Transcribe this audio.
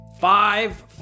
Five